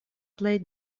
plej